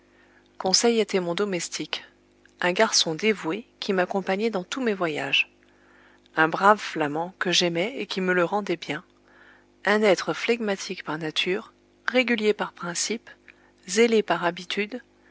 conseil était mon domestique un garçon dévoué qui m'accompagnait dans tous mes voyages un brave flamand que j'aimais et qui me le rendait bien un être phlegmatique par nature régulier par principe zélé par habitude